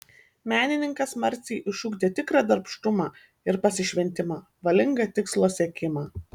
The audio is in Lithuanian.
menininkas marcei išugdė tikrą darbštumą ir pasišventimą valingą tikslo siekimą